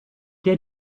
der